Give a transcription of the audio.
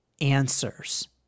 answers